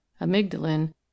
amygdalin